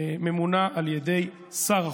ממונה על ידי שר החוץ.